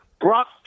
Brock